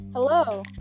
Hello